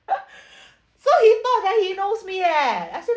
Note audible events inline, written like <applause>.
<laughs> so he talk like he knows me leh I say